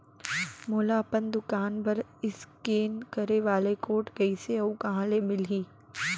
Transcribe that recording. मोला अपन दुकान बर इसकेन करे वाले कोड कइसे अऊ कहाँ ले मिलही?